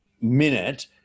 minute